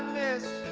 is